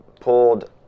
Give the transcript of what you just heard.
pulled